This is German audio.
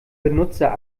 benutzer